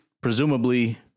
presumably